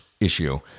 issue